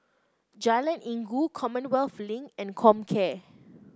Jalan Inggu Commonwealth Link and Comcare